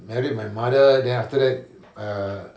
married my mother then after that err